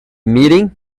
meeting